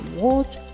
watch